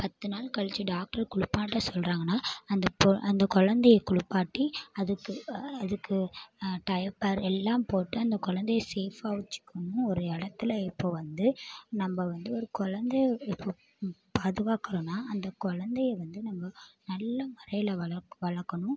பத்து நாள் கழிச்சு டாக்டர் குளிப்பாட்ட சொல்லுகிறாங்கனா அந்த குழந்தைய குளிப்பாட்டி அதுக்கு அதுக்கு டயப்பர் எல்லாம் போட்டு அந்த குழந்தய சேஃப்பாக வச்சுக்கணும் ஒரு இடத்துல இப்போது வந்து நம்ம வந்து ஒரு குழந்தைய இப்போ பாதுகாக்கிறோனா அந்த குழந்தைய வந்து நம்ம நல்ல முறையில் வளக் வளர்க்கணும்